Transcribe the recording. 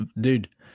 dude